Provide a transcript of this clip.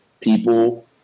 people